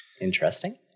interesting